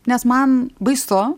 nes man baisu